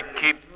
keep